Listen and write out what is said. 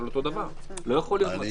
לא יכול להיות מצב כזה.